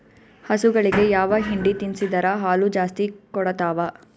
ಹಸುಗಳಿಗೆ ಯಾವ ಹಿಂಡಿ ತಿನ್ಸಿದರ ಹಾಲು ಜಾಸ್ತಿ ಕೊಡತಾವಾ?